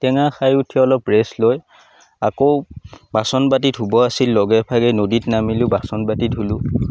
টেঙা খাই উঠি অলপ ৰেষ্ট লৈ আকৌ বাচনবাতি ধোব আছিল লগে ভাগে নদীত নামিলোঁ বাচনবাতি ধুলোঁ